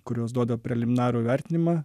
kurios duoda preliminarų vertinimą